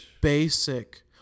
basic